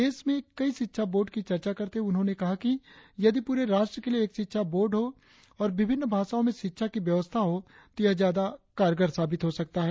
देश में कइ शिक्षा बोर्ड की चर्चा करते हुए उन्होंने कहा कि यदि पूरे राष्ट्र के लिए एक शिक्षा बोर्ड हो और विभिन भाषाओं में शिक्षा की व्यवस्था हो तो यह ज्यादा कारगर साबित हो सकता है